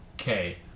Okay